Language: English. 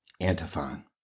Antiphon